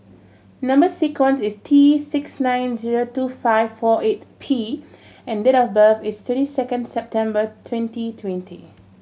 number sequence is T six nine zero two five four eight P and date of birth is twenty second September twenty twenty